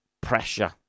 pressure